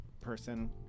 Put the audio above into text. person